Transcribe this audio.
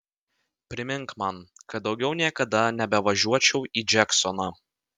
primink man kad daugiau niekada nebevažiuočiau į džeksoną